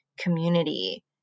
community